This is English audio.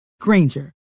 Granger